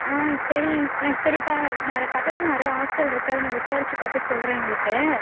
சரி ம் சரிப்பா ந பக்கத்தில் நிறைய ஹாஸ்டல் இருக்குது அதை நான் விசாரித்து பார்த்துட்டு சொல்கிறேன் உங்களுக்கு